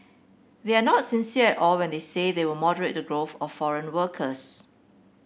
they are not sincere all when they say they will moderate the growth of foreign workers